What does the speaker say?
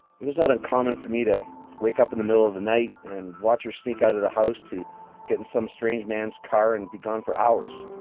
it was not uncommon for me to wake up in the middle of the night and watch her sneak out of the house to get in some strange man's car and be gone for hours.